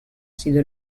sido